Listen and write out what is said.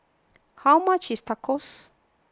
how much is Tacos